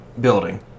building